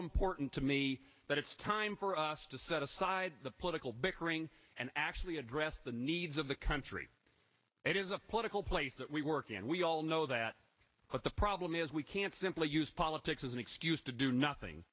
important to me that it's time for us to set aside the political bickering and actually address the needs of the country it is a political place that we work and we all know that but the problem is we can't simply use politics as an excuse to do nothing